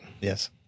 Yes